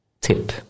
Tip